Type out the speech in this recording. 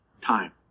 time